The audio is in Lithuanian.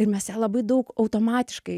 ir mes ją labai daug automatiškai